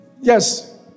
Yes